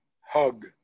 hug